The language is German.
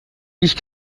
ich